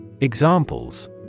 Examples